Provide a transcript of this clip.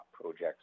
projects